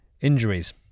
injuries